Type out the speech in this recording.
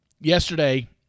yesterday